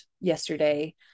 yesterday